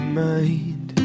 mind